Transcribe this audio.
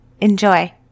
Enjoy